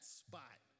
spot